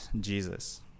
Jesus